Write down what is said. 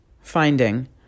Finding